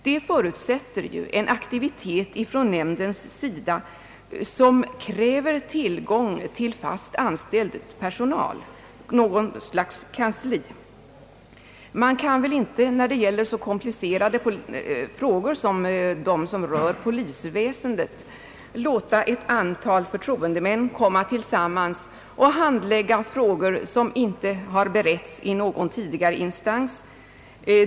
Det förutsätter ju en aktivitet från nämndens sida som kräver tillgång till fast anställd personal, något slags kansli. Man kan väl inte i så komplicerade frågor som de som rör polisväsendet låta ett antal förtroendemän komma tillsammans och handlägga ärenden som inte har beretts i någon tidigare instans.